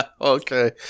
Okay